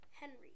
Henry